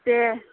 दे